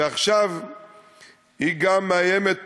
ועכשיו היא גם מאיימת